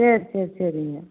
சரி சரி சரிங்க